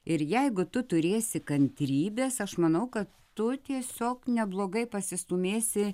ir jeigu tu turėsi kantrybės aš manau kad tu tiesiog neblogai pasistūmėsi